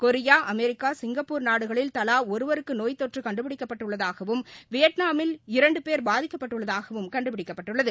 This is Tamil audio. கொரியா அமெரிக்கா சிங்கப்பூர் நாடுகளில் தவாஒருவருக்குநோய்த்தொற்றுகண்டுபிடிக்கப்பட்டுள்ளதாகவும் இரண்டுபேர் வியட்நாமில் பாதிக்கப்பட்டுள்ளதாகவும் கண்டுபிடிக்கப்பட்டுள்ளது